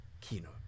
Kino